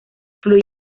fluye